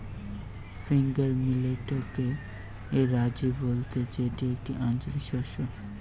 finger মিলেটকে রাজি বলতে যেটি একটি আঞ্চলিক শস্য